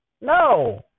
No